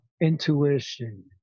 intuition